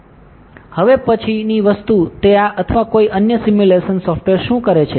હવે હવે પછીની વસ્તુ તે આ અથવા કોઈ અન્ય સિમ્યુલેશન સ સોફ્ટવેર શું કરે છે